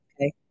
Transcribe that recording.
Okay